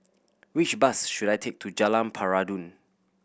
which bus should I take to Jalan Peradun